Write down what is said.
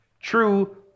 True